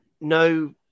no